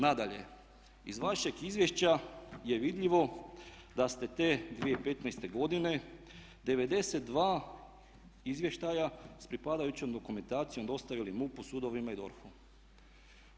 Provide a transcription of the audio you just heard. Nadalje, iz vašeg izvješća je vidljivo da ste te 2015. godine 92 izvještaja sa pripadajućom dokumentacijom dostavili MUP-u, sudovima i DORH-u.